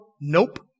Nope